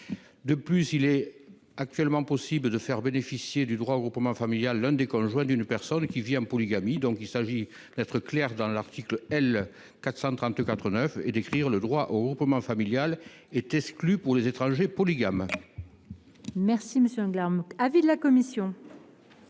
De plus, il est actuellement possible de faire bénéficier du droit au regroupement familial l’un des conjoints d’une personne qui vit en polygamie. Il s’agit d’être clair dans l’article L. 434 9 et d’écrire que le droit au regroupement familial est exclu pour les étrangers polygames. Quel est l’avis de la commission